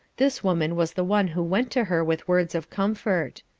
this woman was the one who went to her with words of comfort.